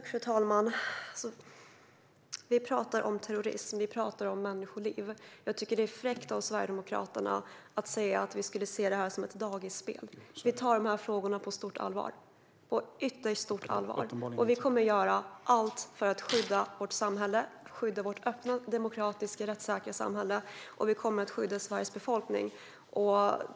Fru talman! Vi talar om terrorism, och vi talar om människoliv. Jag tycker att det är fräckt av Sverigedemokraterna att säga att vi skulle se detta som ett dagisspel. Vi tar frågorna på stort allvar - på ytterst stort allvar. Vi kommer att göra allt för att skydda vårt samhälle - vårt öppna, demokratiska och rättssäkra samhälle. Vi kommer att skydda Sveriges befolkning.